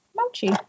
Mochi